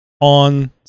on